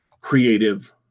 creative